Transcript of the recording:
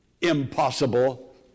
impossible